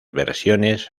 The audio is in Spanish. versiones